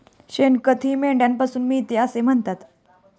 शेणखतही मेंढ्यांपासून मिळते असे म्हणतात